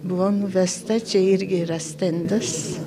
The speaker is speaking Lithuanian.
buvau nuvesta čia irgi yra stendas